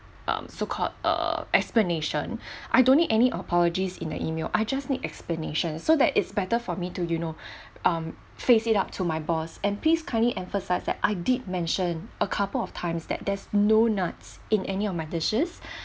um so called uh explanation I don't need any apologies in the email I just need explanation so that it's better for me to you know um face it up to my boss and please kindly emphasise that I did mention a couple of times that there's no nuts in any of my dishes